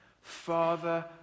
Father